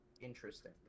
interesting